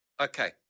Okay